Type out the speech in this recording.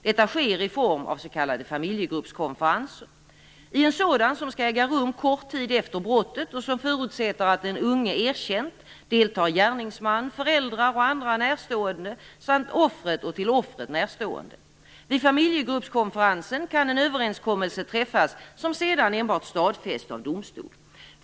Detta sker i form av s.k. familjegruppskonferenser. I en sådan, som skall äga rum kort tid efter brottet och som förutsätter att den unge erkänt, deltar gärningsman, föräldrar och andra närstående samt offret och till offret närstående. Vid familjegruppskonferensen kan en överenskommelse träffas som sedan enbart stadfästs av domstol.